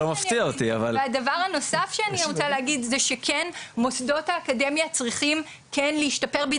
והדבר הנוסף שאני רוצה להגיד זה שכן מוסדות האקדמיה צריכים כן להשתפר,